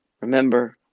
Remember